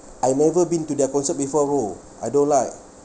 I've never been to their concert before bro I don't like